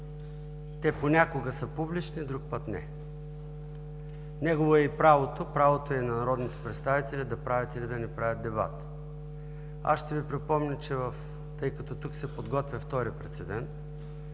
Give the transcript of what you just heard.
Те понякога са публични, друг път – не. Негово е и правото, правото е и на народните представители да правят, или да не правят дебат. Аз ще Ви припомня, тъй като тук се подготвя втори прецедент,